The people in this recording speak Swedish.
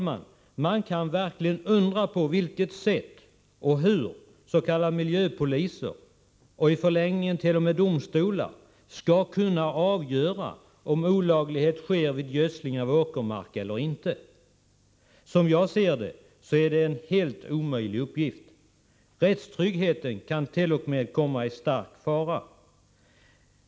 Man kan verkligen undra på vilket sätt s.k. miljöpoliser och i förlängningen t.o.m. domstolar skall kunna avgöra om olaglighet sker vid gödsling av åkermark eller inte. Som jag ser det är det en helt omöjlig uppgift. T. o. m. rättstryggheten kan komma i stor fara.